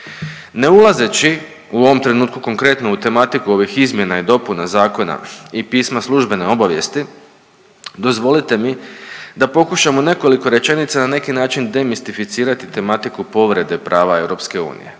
Ne ulazeći u ovom trenutku konkretno u tematiku ovih izmjena i dopuna zakona i pisma službene obavijesti dozvolite mi da pokušam u nekoliko rečenica na neki način demistificirati tematiku povrede prava EU